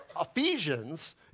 Ephesians